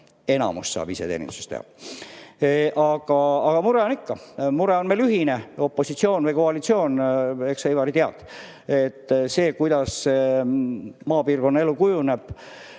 Enamikku saab iseteeninduses teha. Aga mure on ikka. Mure on meil ühine – olgu opositsioon või koalitsioon. Eks sa, Ivari, tead, kuidas maapiirkonna elu kujuneb.